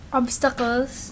obstacles